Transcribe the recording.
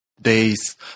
Days